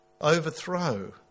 overthrow